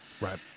Right